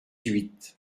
huit